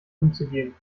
umzugehen